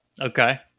Okay